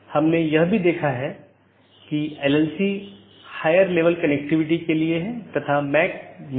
इसलिए हम बाद के व्याख्यान में इस कंप्यूटर नेटवर्क और इंटरनेट प्रोटोकॉल पर अपनी चर्चा जारी रखेंगे